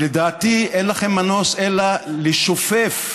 לדעתי אין לכם מנוס אלא להשתופף